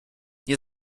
nie